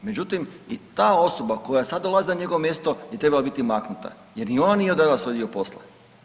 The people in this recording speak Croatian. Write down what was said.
Međutim i ta osoba koja sad dolazi na njegovo mjesto bi trebala biti maknuta, jer ni ona nije odradila svoj dio posla.